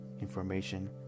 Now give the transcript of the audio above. information